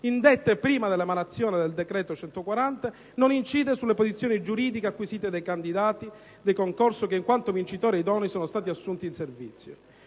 indette prima dell'emanazione del decreto n. 140 del 2008 non incide sulle posizioni giuridiche acquisite dai candidati dei concorsi che in quanto vincitori o idonei sono stati assunti in servizio.